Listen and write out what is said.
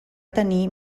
tenir